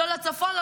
לא לצפון,